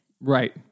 Right